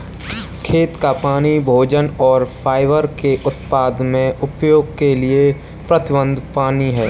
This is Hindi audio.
खेत का पानी भोजन और फाइबर के उत्पादन में उपयोग के लिए प्रतिबद्ध पानी है